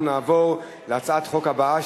אנחנו נעבור להצעת החוק הבאה,